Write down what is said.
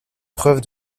preuve